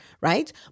right